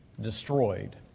destroyed